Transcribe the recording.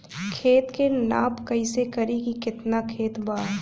खेत के नाप कइसे करी की केतना खेत बा?